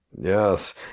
Yes